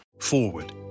Forward